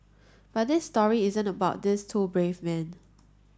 but this story isn't about these two brave men